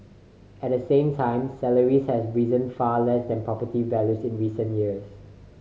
at the same time salaries have risen far less than property values in recent years